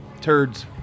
Turds